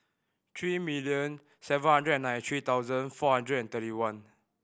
three million seven hundred and nine three thousand four hundred and thirty one